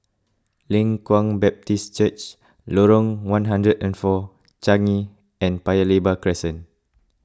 Leng Kwang Baptist Church Lorong one hundred and four Changi and Paya Lebar Crescent